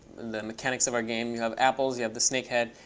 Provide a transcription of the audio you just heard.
the mechanics of our game. you have apples. you have the snake head,